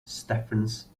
stephens